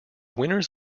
winners